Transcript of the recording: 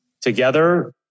together